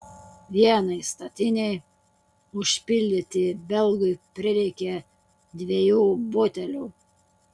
vienai statinei užpildyti belgui prireikė dviejų butelių